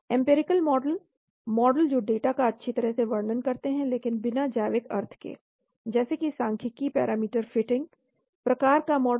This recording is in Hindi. एम्पिरिकल मॉडल मॉडल जो डेटा का अच्छी तरह से वर्णन करते हैं लेकिन बिना जैविक अर्थ के जैसे कि सांख्यिकीय पैरामीटर फिटिंग प्रकार का मॉडल